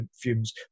fumes